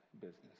business